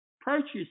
Purchase